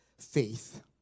faith